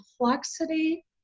complexity